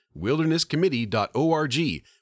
wildernesscommittee.org